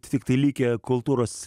tiktai likę kultūros